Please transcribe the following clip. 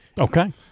Okay